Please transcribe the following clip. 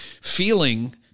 feeling